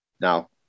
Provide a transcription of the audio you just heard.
now